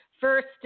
First